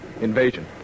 Invasion